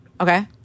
Okay